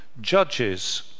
judges